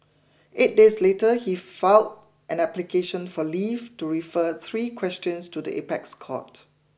eight days later he filed an application for leave to refer three questions to the apex court